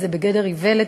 זה בגדר איוולת,